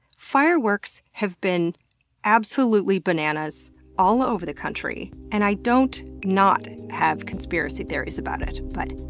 fireworks have been absolutely bananas all over the country and i don't not have conspiracy theories about it but,